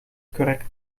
correct